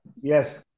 Yes